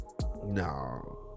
no